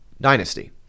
Dynasty